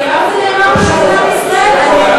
והדבר הזה נאמר עכשיו על מדינת ישראל.